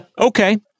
Okay